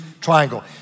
triangle